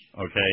okay